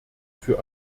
für